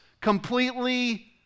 completely